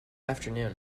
afternoon